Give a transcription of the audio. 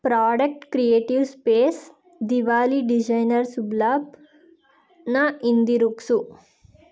product creative space Diwali designer Shubh ಲಾಭ್ನ ಹಿಂದಿರುಗ್ಸು